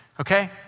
Okay